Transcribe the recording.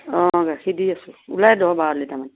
অঁ গাখীৰ দি আছোঁ ওলাই দহ বাৰলিটামান